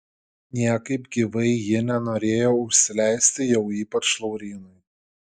niekaip gyvai ji nenorėjo užsileisti jau ypač laurynui